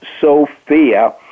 Sophia